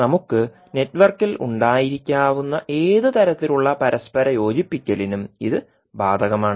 നമുക്ക് നെറ്റ്വർക്കിൽ ഉണ്ടായിരിക്കാവുന്ന ഏത് തരത്തിലുള്ള പരസ്പര യോജിപ്പിക്കലിനും ഇത് ബാധകമാണ്